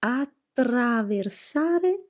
attraversare